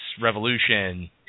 Revolution